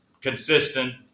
consistent